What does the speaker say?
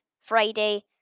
friday